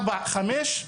ארבע וחמש.